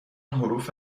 حروف